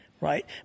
right